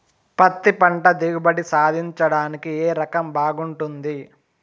పత్తి పంట దిగుబడి సాధించడానికి ఏ రకం బాగుంటుంది?